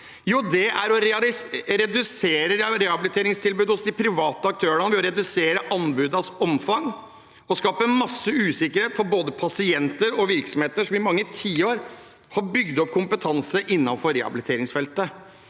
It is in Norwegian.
det er å redusere rehabiliteringstilbudet hos de private aktørene ved å redusere anbudenes omfang og skape masse usikkerhet både for pasienter og for virksomheter som i mange tiår har bygd opp kompetanse innenfor rehabiliteringsfeltet.